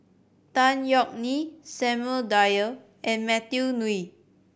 Tan Yeok Nee Samuel Dyer and Matthew Ngui